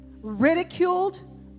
ridiculed